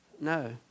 No